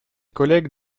collègues